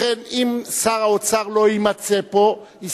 לכן אם שר האוצר לא יימצא פה,